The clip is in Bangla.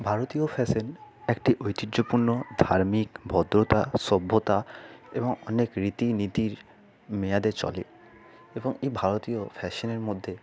ভারতীয় ফ্যাশান একটি ঐতিহ্যপূর্ণ ধার্মিক ভদ্রতা সভ্যতা এবং অনেক রীতিনীতির মেয়াদে চলে এবং এই ভারতীয় ফ্যাশানের মধ্যে